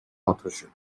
authorship